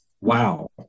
wow